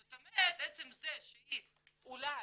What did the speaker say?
זאת אומרת שעצם זה שהיא אולי,